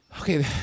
okay